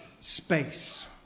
space